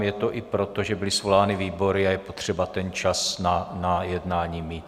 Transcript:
Je to i proto, že byly svolány výbory a je potřeba ten čas na jednání mít.